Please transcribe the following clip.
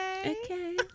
Okay